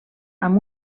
amb